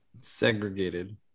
segregated